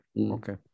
Okay